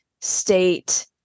state